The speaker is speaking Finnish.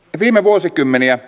viime vuosikymmeniä